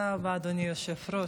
תודה רבה, אדוני היושב-ראש.